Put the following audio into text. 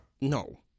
No